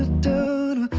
doo-doo-doo